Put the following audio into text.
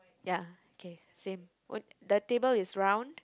ya K same the table is round